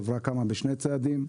החברה קמה בשני צעדים: